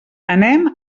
anem